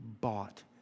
bought